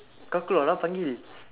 kau keluar lah panggil